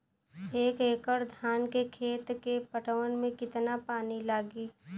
एक एकड़ धान के खेत के पटवन मे कितना पानी लागि?